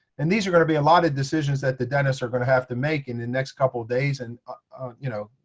and these are going to be a lot of decisions that the dentists are going to have to make in the next couple of days, and you know,